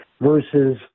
versus